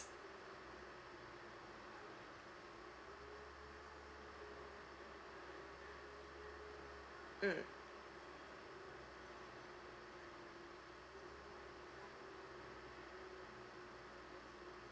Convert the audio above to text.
mm